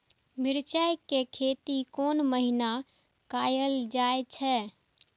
मिरचाय के खेती कोन महीना कायल जाय छै?